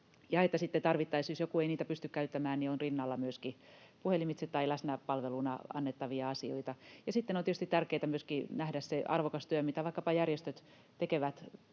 tarvittaessa, jos joku ei niitä pysty käyttämään, on rinnalla myöskin puhelimitse tai läsnäpalveluna annettavia asioita. Ja sitten on tietysti tärkeää myöskin nähdä se arvokas työ, mitä vaikkapa järjestöt tekevät,